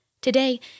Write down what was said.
Today